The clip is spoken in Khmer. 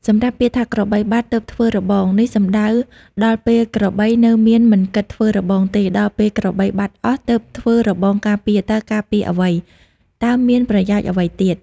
សម្រាប់ពាក្យថាក្របីបាត់ទើបធ្វើរបង នេះសំំដៅដល់ពេលក្របីនៅមានមិនគិតធ្វើរបងទេដល់ពេលក្របីបាត់អស់ទើបធ្វើរបងការពារតើការពារអ្វី តើមានប្រយោជន៍អ្វីទៀត។